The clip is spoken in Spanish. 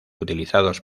utilizados